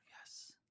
Yes